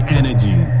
energy